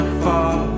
fall